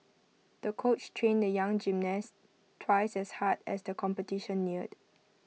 the coach trained the young gymnast twice as hard as the competition neared